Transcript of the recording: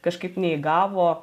kažkaip neįgavo